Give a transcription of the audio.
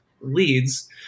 leads